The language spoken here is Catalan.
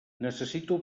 necessito